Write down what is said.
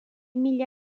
mila